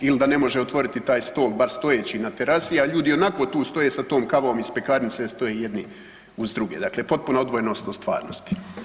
Il da ne može otvoriti taj stol bar stojeći na terasi, a ljudi ionako tu stoje sa tom kavom iz pekarnice, stoje jedni uz druge, dakle potpuna odvojenost od stvarnosti.